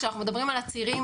כשאנחנו מדברים על עצורים,